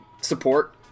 support